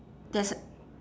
there's